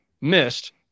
missed